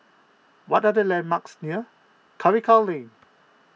what are the landmarks near Karikal Lane